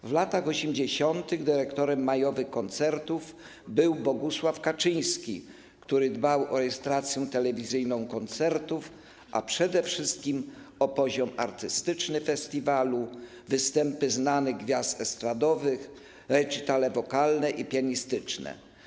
W latach 80. dyrektorem majowych koncertów był Bogusław Kaczyński, który dbał o rejestrację telewizyjną koncertów, a przede wszystkim o poziom artystyczny festiwalu, występy znanych gwiazd estradowych, recitale wokalne i pianistyczne.